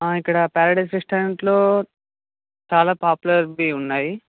ఇక్కడ ప్యారడైజ్ రెస్టారంట్లో చాలా పాపులర్ది ఉన్నాయి